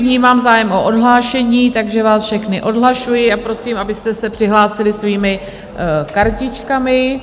Vnímám zájem o odhlášení, takže vás všechny odhlašuji a prosím, abyste se přihlásili svými kartičkami.